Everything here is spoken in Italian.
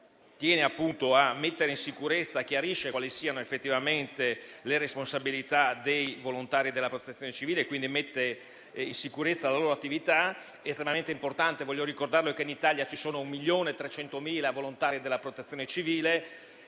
introdotto dal Governo chiarisce quali siano effettivamente le responsabilità dei volontari della Protezione civile, mettendo in sicurezza la loro attività che è estremamente importante. Voglio ricordare che in Italia ci sono un 1.300.000 volontari della Protezione civile.